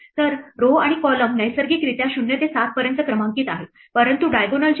तर row आणि column नैसर्गिकरित्या 0 ते 7 पर्यंत क्रमांकित आहेत परंतु diagonal चे कसे